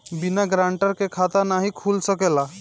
बिना गारंटर के खाता नाहीं खुल सकेला?